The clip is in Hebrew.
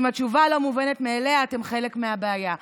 אם התשובה לא מובנת מאליה אתם חלק מהבעיה".